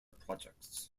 projects